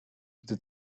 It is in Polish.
gdy